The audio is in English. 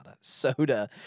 soda